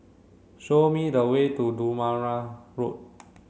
show me the way to Durham Road